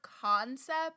concept